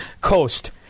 coast